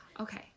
Okay